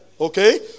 Okay